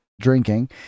Drinking